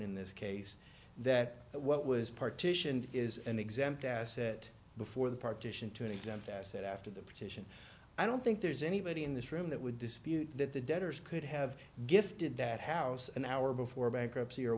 in this case that what was partitioned is an exempt asset before the partition to an exempt asset after the petition i don't think there's anybody in this room that would dispute that the debtors could have gifted that house an hour before bankruptcy or a